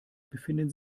befinden